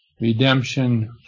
redemption